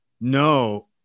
No